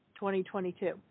2022